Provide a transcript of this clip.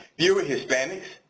fewer hispanics,